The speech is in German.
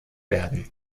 werden